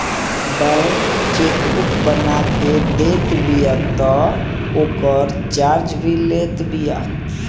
bank chequebook बना के देत बिया तअ ओकर चार्ज भी लेत बिया